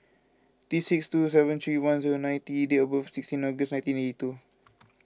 this is T six two seven three one zero nine T date of birth is sixteen August nineteen eighty two